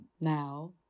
now